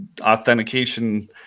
authentication